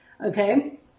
Okay